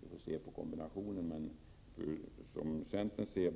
Vi får se på kombinationen, men centern anser